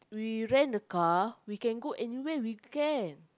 we rent a car we can go anywhere we can